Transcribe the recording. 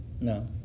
No